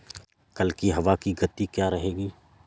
कल की हवा की गति क्या रहेगी?